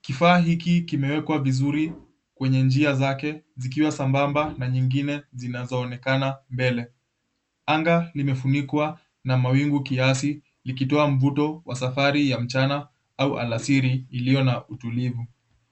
Kifaa hiki kimewekwa vizuri kwenye njia zake zikiwa sambamba na nyingine zinazoonekana mbele. Anga limefunikwa na mawingu kiasi likitoa mvuto wa safari ya mchana au alasiri iliyo na utulivu.